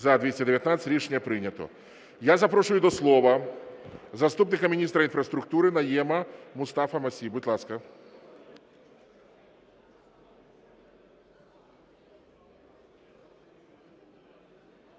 За-219 Рішення прийнято. Я запрошую до слова заступника міністра інфраструктури Найєма Мустафу-Масі. Будь ласка.